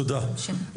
תודה.